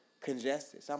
Congested